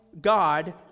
God